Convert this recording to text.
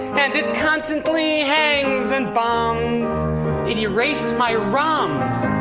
and it constantly hangs and bombs it erased my roms!